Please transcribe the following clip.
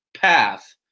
path